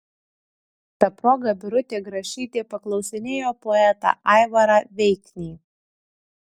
ta proga birutė grašytė paklausinėjo poetą aivarą veiknį